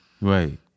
Right